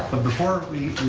but before we,